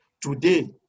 Today